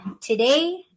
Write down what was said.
today